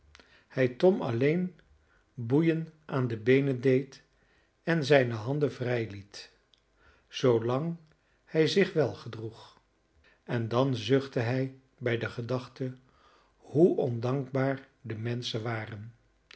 hij tom alleen boeien aan de beenen deed en zijne handen vrij liet zoolang hij zich wel gedroeg en dan zuchtte hij bij de gedachte hoe ondankbaar de menschen waren